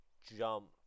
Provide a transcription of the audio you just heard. jump